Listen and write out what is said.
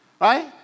right